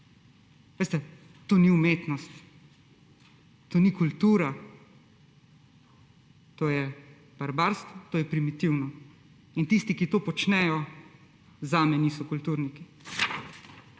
to ni umetnost, to ni kultura. To je barbarstvo, to je primitivno. Tisti, ki to počnejo, zame niso kulturniki.